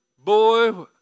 Boy